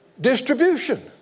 distribution